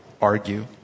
argue